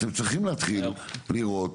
אתם צריכים להתחיל לראות,